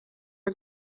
are